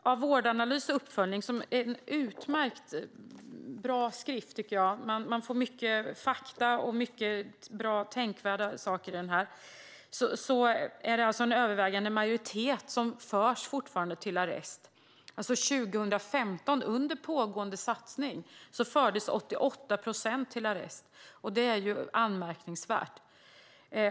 Enligt Vårdanalys uppföljning, som är en utmärkt skrift där många fakta samt bra och tänkvärda saker tas upp, är det fortfarande en övervägande majoritet som förs till arrest. År 2015, under pågående satsning, fördes 88 procent till arrest. Det är anmärkningsvärt.